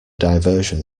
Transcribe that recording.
diversion